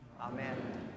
Amen